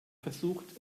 versucht